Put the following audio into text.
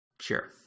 Sure